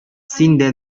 синдә